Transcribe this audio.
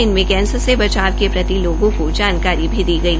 इनमें कैंसर से बचाव के प्रति लोगों को जानकारी दी गई